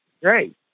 great